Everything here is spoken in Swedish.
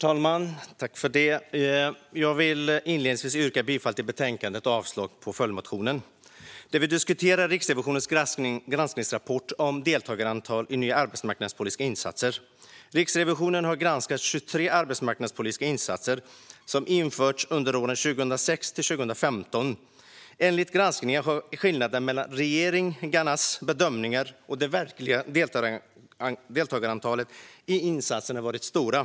Herr talman! Jag yrkar inledningsvis bifall till förslaget i betänkandet och avslag på följdmotionen. Det vi diskuterar är Riksrevisionens granskningsrapport om deltagarantal i nya arbetsmarknadspolitiska insatser. Riksrevisionen har granskat 23 arbetsmarknadspolitiska insatser som införts under åren 2006-2015. Enligt granskningen har skillnaderna mellan regeringarnas bedömningar och det verkliga deltagarantalet i insatserna varit stora.